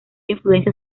influencia